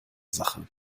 sache